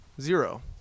zero